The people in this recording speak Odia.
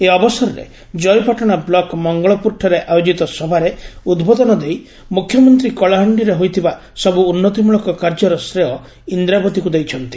ଏହି ଅବସରରେ ଜୟପାଟଶା ବ୍ଲକ ମଙ୍ଗଳପୁରଠାରେ ଆୟୋଜିତ ସଭାରେ ଉଦ୍ବୋଧନ ଦେଇ ମୁଖ୍ୟମନ୍ତୀ କଳାହାଣିର ହୋଇଥିବା ସବୁ ଉନ୍ତି ମଳକ କାର୍ଯ୍ୟରେ ଶ୍ରେୟ ଇଦ୍ରାବତୀକୁ ଦେଇଛନ୍ତି